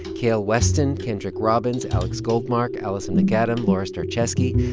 kael weston, kendrick robbins, alex goldmark, alison macadam, laura starecheski,